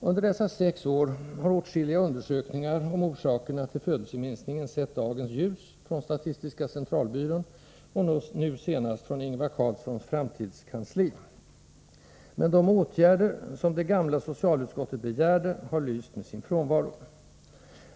Under dessa sex år har åtskilliga undersökningar av orsakerna till födelseminskningen sett dagens ljus, från statistiska centralbyrån och nu senast från Ingvar Carlssons framtidskansli, men de åtgärder som det gamla socialutskottet begärde har lyst med sin frånvaro.